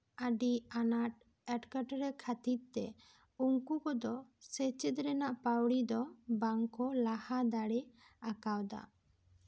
ᱟᱹᱰᱤ ᱟᱱᱟᱴ ᱮᱸᱴᱠᱮᱴᱚᱲᱮ ᱠᱷᱟᱹᱛᱤᱨᱛᱮ ᱩᱱᱠᱩ ᱠᱚᱫᱚ ᱥᱮᱪᱮᱫ ᱨᱮᱱᱟᱜ ᱯᱟᱹᱣᱲᱤ ᱫᱚ ᱵᱟᱝᱠᱚ ᱞᱟᱦᱟ ᱫᱟᱲᱮ ᱟᱠᱟᱣᱫᱟ